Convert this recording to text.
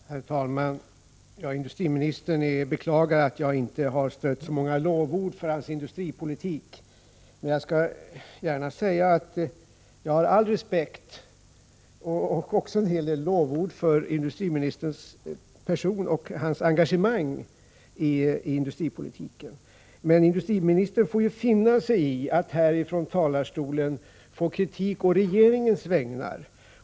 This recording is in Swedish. Herr talman! Industriministern beklagar att jag inte har strött så många lovord för hans industripolitik. Men jag skall gärna säga att jag har all respekt, och också en hel del lovord, för industriministerns person och för hans engagemang i industripolitiken. Industriministern får ju dock finna sig i att här från talarstolen få kritik på regeringens vägnar.